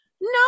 No